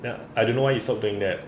then I don't know why he stop doing that